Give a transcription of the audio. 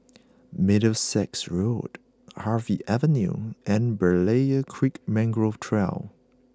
Middlesex Road Harvey Avenue and Berlayer Creek Mangrove Trail